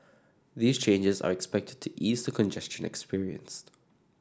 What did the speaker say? these changes are expected to ease the congestion experienced